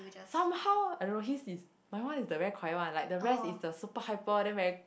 somehow I don't know his is my one is the very quiet one like the rest is the super hyper then very